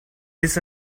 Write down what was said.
this